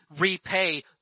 repay